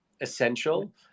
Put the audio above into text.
essential